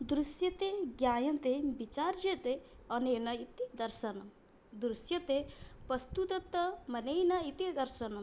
दृश्यते ज्ञायन्ते विचार्यते अनेन इति दर्शनं दृश्यते वस्तुतमानेन इति दर्शनम्